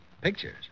pictures